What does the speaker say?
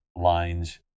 lines